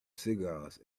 cigars